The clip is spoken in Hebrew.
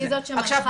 היא זאת --- רגע,